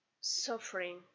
suffering